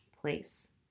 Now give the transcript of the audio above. place